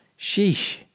Sheesh